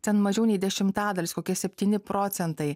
ten mažiau nei dešimtadalis kokia septyni procent